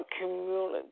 community